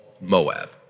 Moab